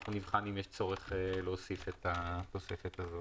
אנחנו נבחן אם יש צורך להוסיף את התוספת הזאת.